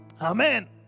Amen